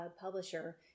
publisher